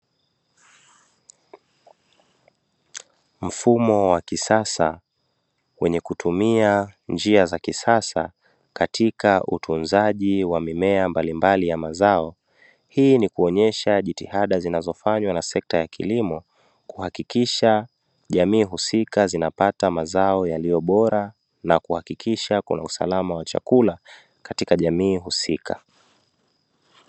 Mfumo wa kisasa wenye kutumia njia za kisasa katika utunzaji wa mimea mbalimbali ya mazao. Hii ni kuonyesha jitihada zinazofanywa na sekta ya kilimo, kuhakikisha jamii husika zinapata mazao yaliyo bora, na kuhakikisha kuna usalama wa chakula katika jamii husika.